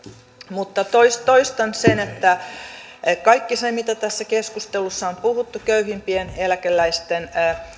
mutta toistan sen että kaikki se mitä tässä keskustelussa on puhuttu köyhimpien eläkeläisten